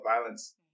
violence